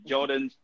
Jordan